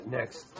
next